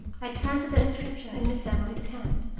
i turned to the inscription in miss emily's hand,